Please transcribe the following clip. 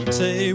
say